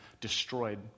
destroyed